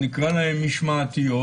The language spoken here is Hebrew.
נקרא להן משמעתיות